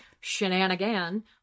shenanigan